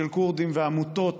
ועמותות